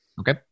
Okay